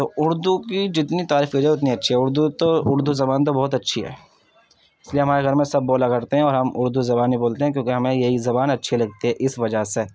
تو اردو کی جتنی تعریف كی جائے اتنی اچھی ہے اردو تو اردو زبان تو بہت اچھی ہے اس لیے ہمارے گھر میں سب بولا کرتے ہیں اور ہم اردو زبان ہی بولتے ہیں کیونکہ ہمیں یہی زبان اچھی لگتی ہے اس وجہ سے